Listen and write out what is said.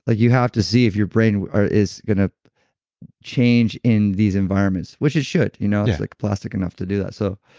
you have to see if your brain is going to change in these environments, which it should, you know it's like plastic enough to do that, so